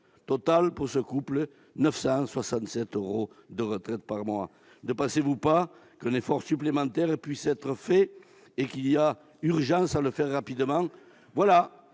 total, pour ce couple, 967 euros de retraite par mois ! Ne pensez-vous pas qu'un effort supplémentaire puisse être fait et qu'il y a urgence en la matière ? Voilà